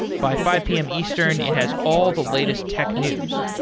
by five pm eastern, it has all the latest tech news,